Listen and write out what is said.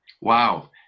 Wow